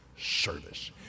service